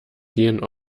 gehen